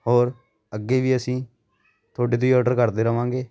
ਹੋਰ ਅੱਗੇ ਵੀ ਅਸੀਂ ਤੁਹਾਡੇ ਤੋਂ ਹੀ ਔਡਰ ਕਰਦੇ ਰਵਾਂਗੇ